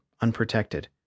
unprotected